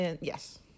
Yes